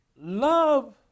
Love